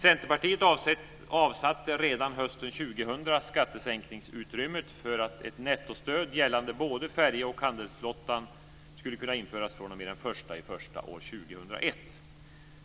Centerpartiet avsatte redan hösten 2000 skattesänkningsutrymme för att ett nettostöd gällande både färje och handelsflottan skulle kunna införas fr.o.m. den 1 januari 2001.